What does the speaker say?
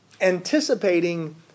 anticipating